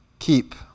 keep